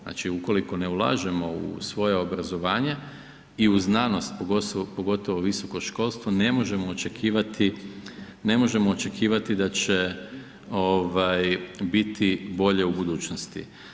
Znači ukoliko ne ulažemo u svoje obrazovanje i u znanost, pogotovo u visoko školstvo ne možemo očekivati da će biti bolje u budućnosti.